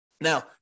Now